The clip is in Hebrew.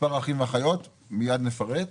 מספר האחים והאחיות, ומיד נפרט,